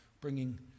bringing